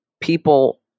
people